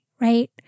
right